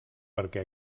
perquè